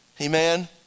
amen